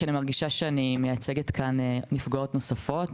אני מרגישה שאני מייצגת כאן נפגעות נוספות.